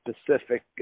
specific